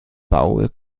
paul